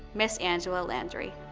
ms. angela landry.